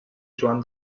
joan